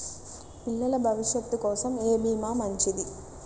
పిల్లల భవిష్యత్ కోసం ఏ భీమా మంచిది?